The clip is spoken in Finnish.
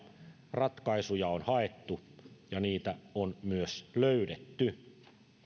ratkaisuja on haettu ja niitä on myös löydetty